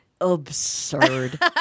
Absurd